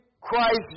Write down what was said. Christ